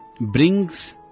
brings